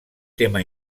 tema